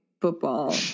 football